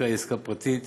העסקה היא עסקה פרטית.